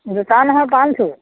জোটা নহয় pump shoe